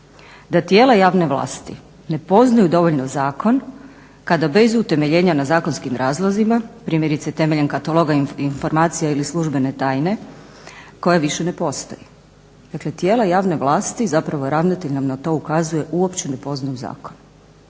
da tijela javne vlasti ne poznaju dovoljno zakon kada bez utemeljenja na zakonskim razlozima, primjerice temeljem kataloga informacija ili službene tajne, koje više ne postoji. Dakle, tijela javne vlasti, zapravo ravnatelj nam na to ukazuje uopće ne poznaju zakon.